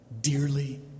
dearly